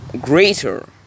greater